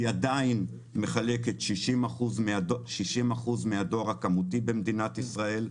היא עדיין מחלקת שישים אחוזים מהדואר הכמותי במדינת ישראל,